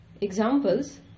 Examples